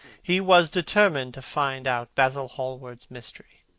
he was determined to find out basil hallward's mystery.